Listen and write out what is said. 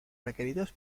requeridos